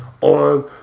on